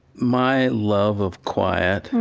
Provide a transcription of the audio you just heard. my love of quiet,